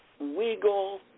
wiggle